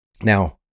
Now